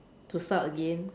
to start again